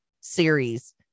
series